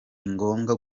ngombwa